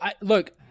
look